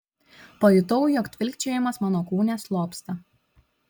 pajutau jog tvilkčiojimas mano kūne slopsta